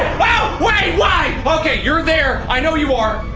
wow, wait, why? okay, you're there. i know you are.